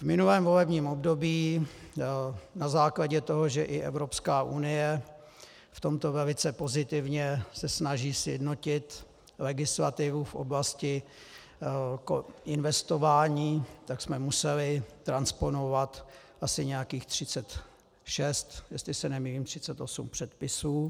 V minulém volebním období na základě toho, že i Evropská unie se v tomto velice pozitivně snaží sjednotit legislativu v oblasti investování, jsme museli transponovat asi nějakých 36, jestli se nemýlím, 38 předpisů.